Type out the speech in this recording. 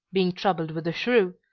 being troubled with a shrew,